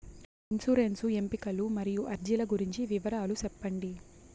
insurance ఎంపికలు మరియు అర్జీల గురించి వివరాలు సెప్పండి